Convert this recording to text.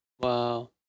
Wow